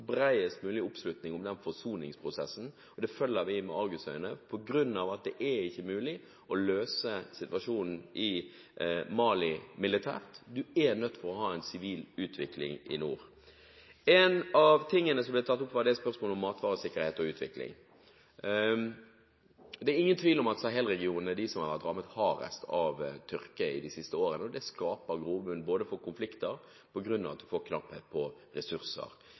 bredest mulig oppslutning om forsoningsprosessen. Det følger vi med argusøyne. Det er ikke er mulig å løse situasjonen i Mali militært. Man er nødt til å ha en sivil utvikling i nord. Et av de spørsmålene som ble tatt opp, var om matvaresikkerhet og utvikling. Det er ingen tvil om at Sahel-regionen er den som har vært hardest rammet av tørke de siste årene. Det skaper grobunn for konflikter på grunn av at man får knapphet på ressurser.